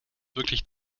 wirklich